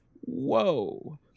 whoa